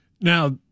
Now